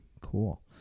cool